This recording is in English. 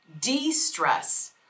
de-stress